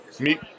meet